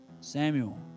Samuel